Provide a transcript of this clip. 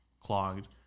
clogged